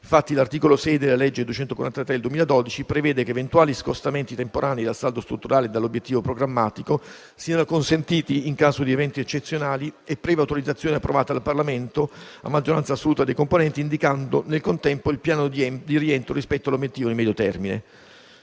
Infatti, l'articolo 6 della legge n. 243 del 2012 prevede che eventuali scostamenti temporali dal saldo strutturale e dall'obiettivo programmatico siano consentiti in caso di eventi eccezionali e previa autorizzazione approvata dal Parlamento a maggioranza assoluta dei componenti, indicando nel contempo il piano di rientro rispetto all'obiettivo di medio termine.